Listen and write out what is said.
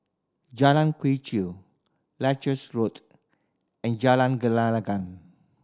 Jalan Quee Chew Leuchars Road and Jalan Gelenggang